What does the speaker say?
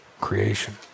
creation